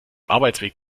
arbeitsweg